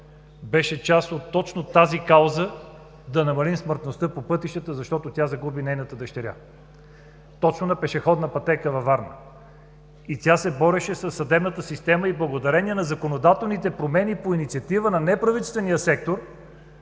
беше част от точно тази кауза да намалим смъртността по пътищата, защото тя загуби дъщеря си. Точно на пешеходна пътека във Варна! И тя се бореше със съдебната система! И благодарение на законодателните промени по инициатива на неправителствения сектор